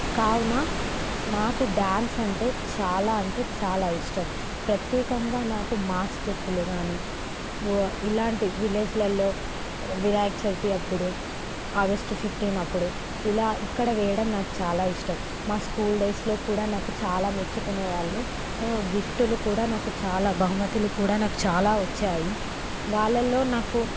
కావున నాకు డ్యాన్స్ అంటే చాలా అంటే చాలా ఇష్టం ప్రత్యేకంగా నాకు మాస్ స్టెప్పులు కాని ఇలాంటి విలేజ్లలో వినాయక చవితి అప్పుడు ఆగస్టు ఫిఫ్టీన్ అప్పుడు ఇలా ఇక్కడ వేయడం నాకు చాలా ఇష్టం మా స్కూల్ డేస్లో కూడా నాకు చాలా మెచ్చుకునే వాళ్ళు గిఫ్టులు కూడా నాకు చాలా బహుమతులు కూడా నాకు చాలా వచ్చాయి వాళ్ళల్లో నాకు